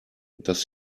dass